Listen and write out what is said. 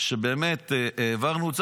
שבאמת העברנו את זה.